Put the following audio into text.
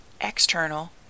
external